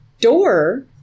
Door